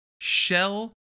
shell